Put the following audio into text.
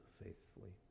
faithfully